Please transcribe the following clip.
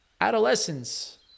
adolescence